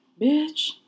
Bitch